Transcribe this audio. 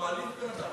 הוא מעליב בן אדם,